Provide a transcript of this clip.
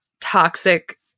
toxic